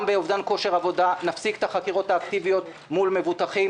גם באובדן כושר עבודה נפסיק את החקירות האקטיביות מול מבוטחים.